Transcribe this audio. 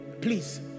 Please